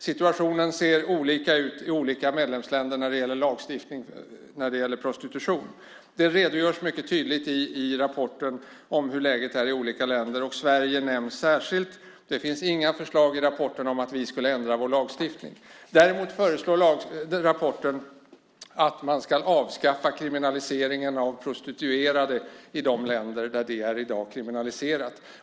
Situationen ser olika ut i olika medlemsländer när det gäller lagstiftning om prostitution. Det redogörs mycket tydlig i rapporten för hur läget är i olika länder, och Sverige nämns särskilt. Det finns inga förslag i rapporten om att vi skulle ändra vår lagstiftning. Däremot föreslår rapporten att man ska avskaffa kriminaliseringen av prostituerade i de länder där det i dag är kriminaliserat.